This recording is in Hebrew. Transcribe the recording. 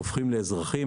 הופכים לאזרחים,